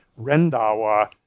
Rendawa